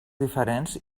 diferents